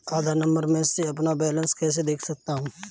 आधार number से मैं अपना बैलेंस कैसे देख सकता हूँ?